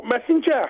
Messenger